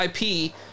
IP